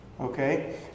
Okay